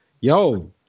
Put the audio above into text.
yo